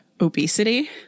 obesity